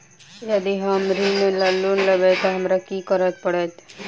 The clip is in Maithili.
यदि हम ऋण वा लोन लेबै तऽ हमरा की करऽ पड़त?